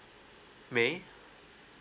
may